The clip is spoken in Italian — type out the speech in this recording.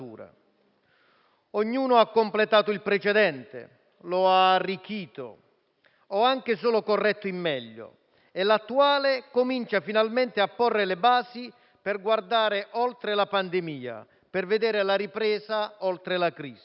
Ognuno ha completato il precedente, lo ha arricchito o anche solo corretto in meglio e l'attuale comincia finalmente a porre le basi per guardare oltre la pandemia, per vedere la ripresa oltre la crisi.